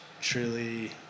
truly